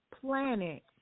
planet